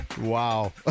wow